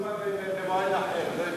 תשובה במועד אחר?